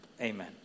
amen